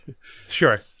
Sure